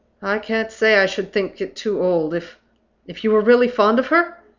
i can't say i should think it too old, if if you were really fond of her?